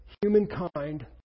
humankind